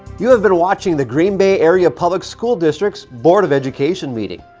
you have been watching the green bay area public school district's board of education meeting.